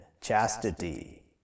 chastity